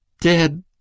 dead